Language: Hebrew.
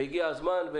הגיע הזמן.